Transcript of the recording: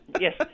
Yes